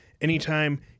anytime